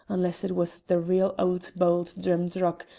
unless it was the real auld bauld drimdarroch,